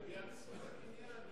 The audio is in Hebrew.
זו פגיעה בזכות הקניין.